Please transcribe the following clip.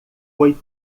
foi